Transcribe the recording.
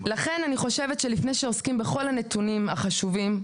לפני שעוסקים בכל הנתונים החשובים,